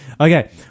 Okay